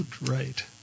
right